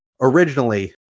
originally